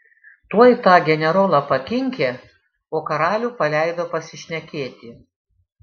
tuoj tą generolą pakinkė o karalių paleido pasišnekėti